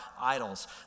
idols